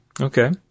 Okay